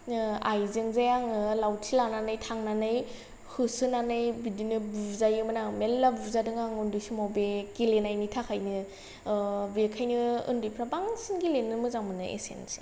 आयजोंजे आङो लावथि लानानै थांनानै होसोनानै बिदिनो बुजायोमोन आं मेल्ला बुजादों आं आन्दै समाव बे गेलेनायनि थाखायनो बेखायनो आन्दैफ्रा बांसिन गेलेनो मोजां मोनो एसेनोसै